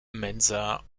mensa